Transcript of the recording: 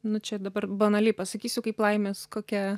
nu čia dabar banaliai pasakysiu kaip laimės kokia